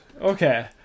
okay